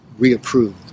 reapproved